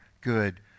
good